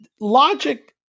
logic